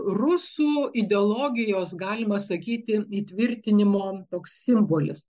rusų ideologijos galima sakyti įtvirtinimo toks simbolis